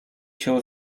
się